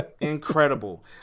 Incredible